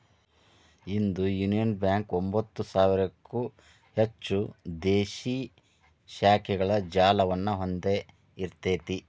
ಇಂದು Union Bank ಒಂಭತ್ತು ಸಾವಿರಕ್ಕೂ ಹೆಚ್ಚು ದೇಶೇ ಶಾಖೆಗಳ ಜಾಲವನ್ನ ಹೊಂದಿಇರ್ತೆತಿ